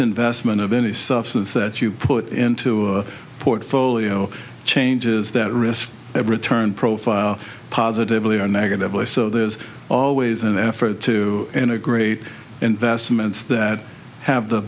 investment of any substance that you put into a portfolio changes that risk return profile positively or negatively so there's always an effort to integrate investments that have the